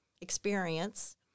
experience